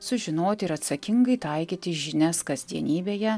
sužinoti ir atsakingai taikyti žinias kasdienybėje